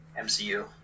MCU